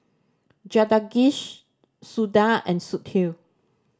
Jagadish Suda and Sudhir